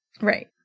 Right